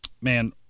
man